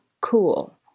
cool